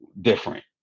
different